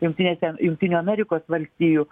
jungtinėse jungtinių amerikos valstijų